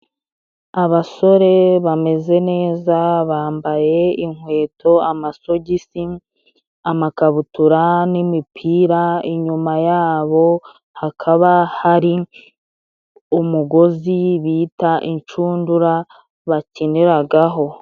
Abasore bameze neza bambaye inkweto, amasogisi, amakabutura n'imipira, inyuma yabo hakaba hari umugozi bita incundura bakiniragaho.